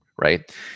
right